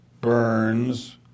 Burns